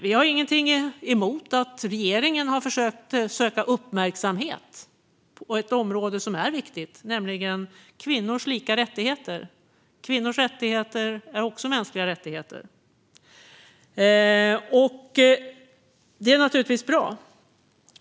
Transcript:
Vi har ingenting emot att regeringen har försökt söka uppmärksamhet på ett område som är viktigt, nämligen kvinnors lika rättigheter, för kvinnors rättigheter är också mänskliga rättigheter. Detta är naturligtvis bra.